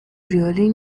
really